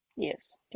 Yes